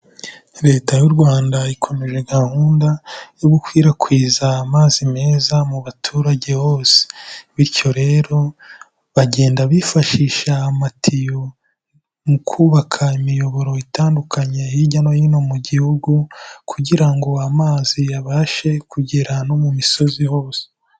Leta y'u Rwanda ikomeje gahunda yo gukwirakwiza amazi meza mu baturage bose bityo rero bagenda bifashisha amatiyo mu kubaka imiyoboro itandukanye hirya no hino mu gihugu, kugira ngo amazi abashe kugera no mu misozi hose.